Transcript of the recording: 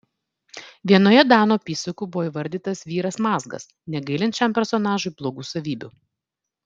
vienoje danų apysakų buvo įvardytas vyras mazgas negailint šiam personažui blogų savybių